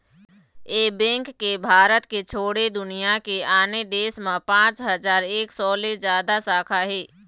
ए bank के भारत के छोड़े दुनिया के आने देश म पाँच हजार एक सौ ले जादा शाखा हे